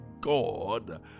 God